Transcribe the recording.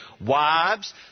wives